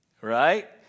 Right